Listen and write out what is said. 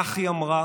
כך היא אמרה,